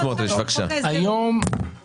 הקדשנו לו ארבעה דיונים ארוכים ומקצועיים.